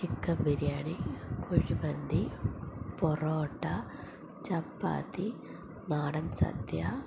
chicken biryani kuzhimanthi parotta chapati നാടൻ സദ്യ